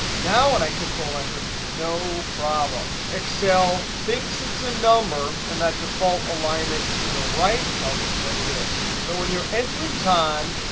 now when i control enter, no problem. excel thinks it's a number, and that default alignment to the right tells us that it is. so when you're entering time,